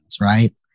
right